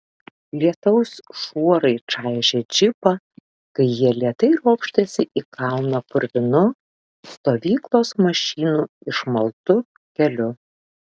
lietaus šuorai čaižė džipą kai jie lėtai ropštėsi į kalną purvinu stovyklos mašinų išmaltu keliu